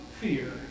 fear